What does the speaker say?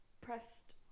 pressed